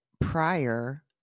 prior